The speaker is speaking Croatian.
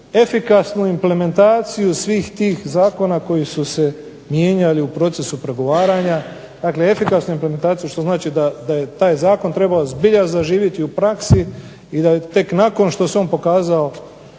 efikasnu implementaciju svih tih zakona koji su se mijenjali u procesu pregovaranja. Dakle efikasnu implementaciju što znači da je taj zakon trebao zbilja zaživjeti u praksi i da tek nakon što se on pokazao